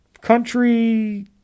country